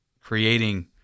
creating